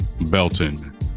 Belton